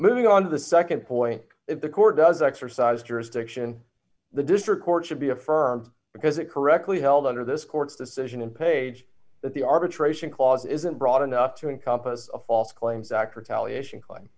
moving on to the nd point if the court does exercise jurisdiction the district court should be affirmed because it correctly held under this court's decision in page that the arbitration clause isn't broad enough to encompass a false claims act retaliation cla